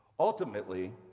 Ultimately